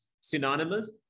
synonymous